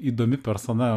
įdomi persona